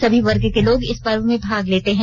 सभी वर्ग के लोग इस पर्व में भाग लेते है